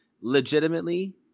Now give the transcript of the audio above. legitimately